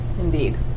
indeed